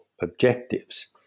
objectives